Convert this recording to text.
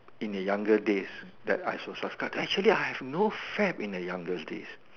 in the younger day that I will subscribe actually I have no fad in the younger days